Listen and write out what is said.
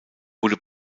wurde